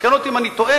תתקן אותי אם אני טועה,